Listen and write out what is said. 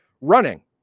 Running